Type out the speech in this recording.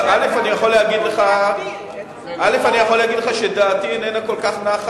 אני יכול להגיד לך שדעתי איננה כל כך נחה